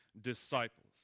disciples